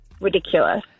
ridiculous